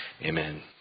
Amen